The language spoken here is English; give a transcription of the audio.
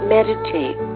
Meditate